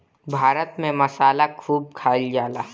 भारत में मसाला खूब खाइल जाला